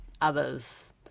others